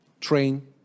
train